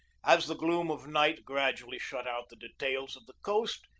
as the gloom of night gradually shut out the details of the coast,